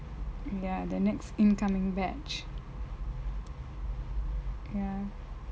ya the next incoming batch ya